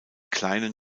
kleinen